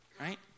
right